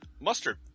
Mustard